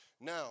Now